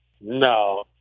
No